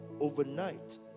overnight